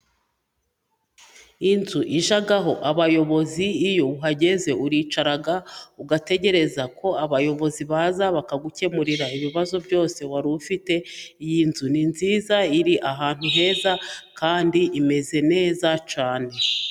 Inzu ijyaho abayobozi, iyo uhageze uricara ugategereza ko abayobozi baza bakagukemurira ibibazo byose wari ufite, iyi nzu ni nziza iri ahantu heza kandi imeze neza cyane.